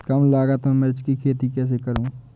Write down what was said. कम लागत में मिर्च की खेती कैसे करूँ?